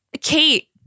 Kate